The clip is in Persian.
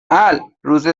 الروز